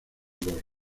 olor